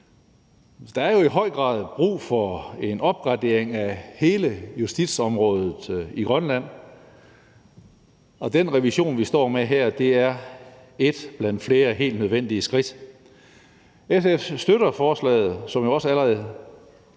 Der er jo i høj grad brug for en opgradering af hele justitsområdet i Grønland, og den revision, vi står med her, er et blandt flere helt nødvendige skridt. SF støtter forslaget, som jo også allerede